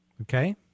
Okay